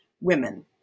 women